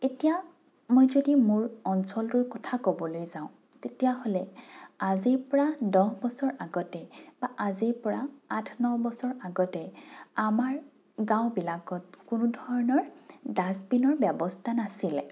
এতিয়া মই যদি মোৰ অঞ্চলটোৰ কথা ক'বলৈ যাওঁ তেতিয়াহ'লে আজিৰ পৰা দহ বছৰ আগতে বা আজিৰ পৰা আঠ ন বছৰ আগতে আমাৰ গাঁওবিলাকত কোনো ধৰণৰ ডাষ্টবিনৰ ব্যৱস্থা নাছিলে